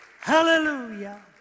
Hallelujah